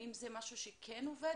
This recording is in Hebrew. האם זה משהו שכן עובד,